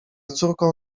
córką